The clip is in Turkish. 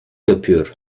yapıyor